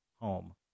home